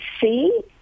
see